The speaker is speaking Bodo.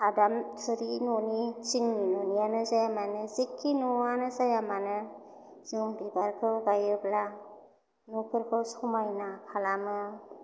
हादाम थुरि न'नि थिंनि न'नियानो जाया मानो जेखि न'आनो जाया मानो जों बिबारखौ गायोब्ला न'फोरखौ समायना खालामो